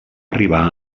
arribar